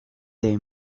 they